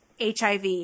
HIV